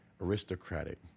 Aristocratic